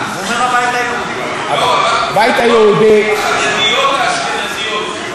לא, הוא אמר: המפלגות החרדיות האשכנזיות.